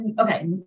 Okay